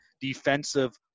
defensive